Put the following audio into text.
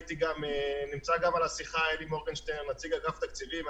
נמצא גם בשיחה אלי מורגנשטרן, נציג אגף תקציבים.